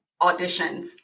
auditions